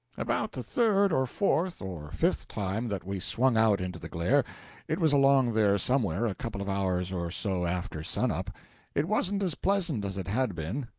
about the third or fourth or fifth time that we swung out into the glare it was along there somewhere, a couple of hours or so after sun-up it wasn't as pleasant as it had been.